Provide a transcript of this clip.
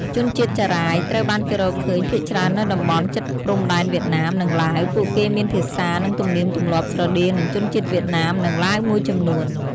ជនជាតិចារាយ ត្រូវបានគេរកឃើញភាគច្រើននៅតំបន់ជិតព្រំដែនវៀតណាម និងឡាវ ពួកគេមានភាសា និងទំនៀមទម្លាប់ស្រដៀងនឹងជនជាតិវៀតណាម និងឡាវមួយចំនួន។